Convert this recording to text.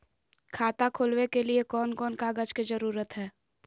खाता खोलवे के लिए कौन कौन कागज के जरूरत है?